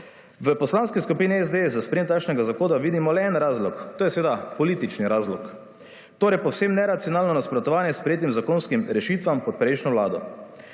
V poslanski skupini SDS za sprejem takšnega zakona vidimo le en razlog, to je seveda politični razlog. Torej povsem neracionalno nasprotovanje sprejetim zakonskim rešitvam pod prejšnjo vlado.